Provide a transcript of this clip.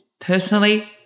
personally